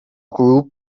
group